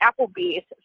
Applebee's